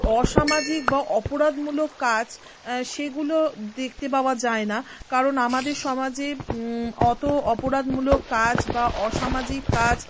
অসামাজিক বা অপরাধমূলক কাজ সেগুলো দেখতে পাওয়া যায় না কারণ আমাদের সমাজে অত অপরাধমূলক কাজ বা অসামাজিক কাজ